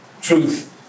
truth